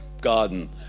garden